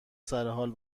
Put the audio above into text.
سرحال